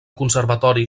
conservatori